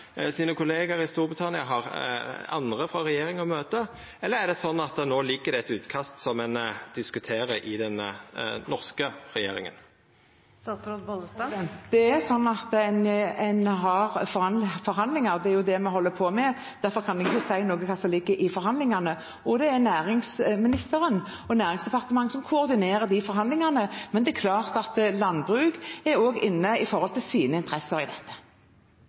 sine kollegaar i Storbritannia? Har andre frå regjeringa møte? Eller er det sånn at det no ligg føre eit utkast som ein diskuterer i den norske regjeringa? Det er sånn at en har forhandlinger. Det er det vi holder på med. Derfor kan jeg ikke si noe om hva som ligger i forhandlingene. Det er næringsministeren og Næringsdepartementet som koordinerer de forhandlingene, men det er klart at landbruk også er inne med hensyn til sine interesser i dette.